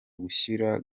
gushyira